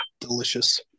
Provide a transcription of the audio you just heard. Delicious